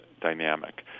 dynamic